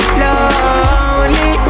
lonely